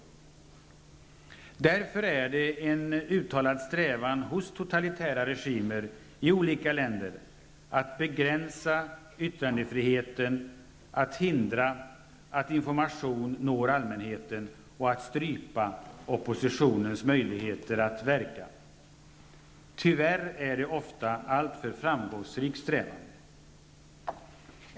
Därför är det en uttalad strävan hos totalitära regimer i olika länder att begränsa yttrandefriheten, att hindra att information når allmänheten och att strypa oppositionens möjligheter att verka. Tyvärr är det ofta en alltför framgångsrik strävan.